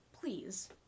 Please